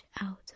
out